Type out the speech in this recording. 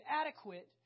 adequate